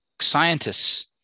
scientists